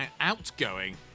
outgoing